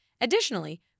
Additionally